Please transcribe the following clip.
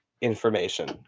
information